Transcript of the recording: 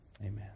amen